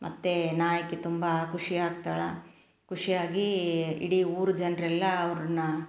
ಮತ್ತು ನಾಯಕಿ ತುಂಬ ಖುಷಿಯಾಗ್ತಾಳೆ ಖುಷಿಯಾಗಿ ಇಡೀ ಊರ ಜನರೆಲ್ಲ ಅವ್ರನ್ನ